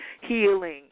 healing